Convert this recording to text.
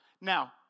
Now